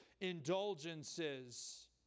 indulgences